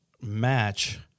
match